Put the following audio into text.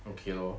okay lor